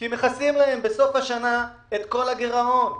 כי מכסים להם בסוף השנה את כל הגירעון,